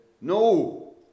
No